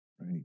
Right